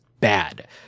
bad